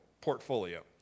portfolio